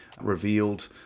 revealed